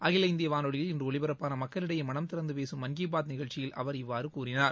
அகில இந்திய வானொலியில் இன்று ஒலிபரப்பான மக்களிடையே மனம் திறந்து பேசும் மன் கீ பாத் நிகழ்ச்சியில் அவர் இவ்வாறு கூறினார்